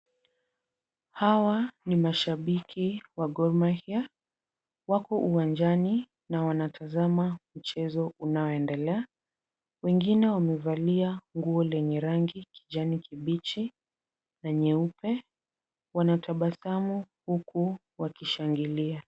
Hawa ni mashabiki wa Gor Mahia, wako uwanjani na wanatazama mchezo unaoendelea. Wengine wamevalia nguo lenye rangi kijani kibichi na nyeupe. Wanatabasamu huku wakishangilia.